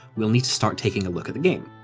we'll need to start taking a look at the game.